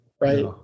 right